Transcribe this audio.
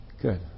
Good